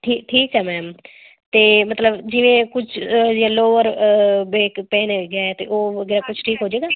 ਠੀਕ ਠੀਕ ਹੈ ਮੈਮ ਅਤੇ ਮਤਲਬ ਜਿਵੇਂ ਯੈਲੋ ਔਰ ਬੇਕ ਪੇਨ ਹੈਗੀ ਹੈ ਅਤੇ ਉਹ ਕੁਝ ਠੀਕ ਹੋ ਹੋ ਜੇਗਾ